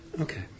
Okay